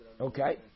Okay